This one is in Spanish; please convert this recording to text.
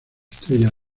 estrella